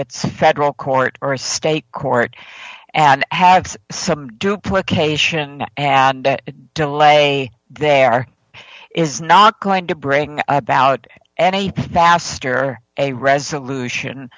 it's federal court or state court and have some duplications and delay there is not going to bring about any faster a resolution